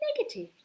negative